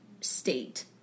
state